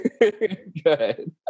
Good